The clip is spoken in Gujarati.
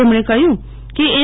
તેમણે કહ્યુ કે એન